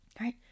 right